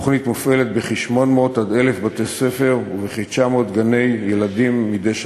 התוכנית מופעלת ב-800 1,000 בתי-ספר וב-900 גני-ילדים מדי שנה.